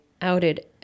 outed